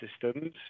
systems